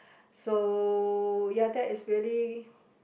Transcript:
so ya that is really